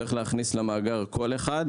צריך להכניס למאגר כל אחד.